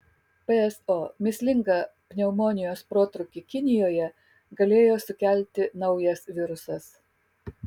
pso mįslingą pneumonijos protrūkį kinijoje galėjo sukelti naujas virusas